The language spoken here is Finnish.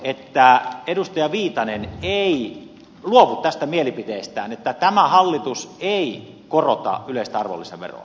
toivon että edustaja viitanen ei luovu tästä mielipiteestään että tämä hallitus ei korota yleistä arvonlisäveroa